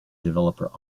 developer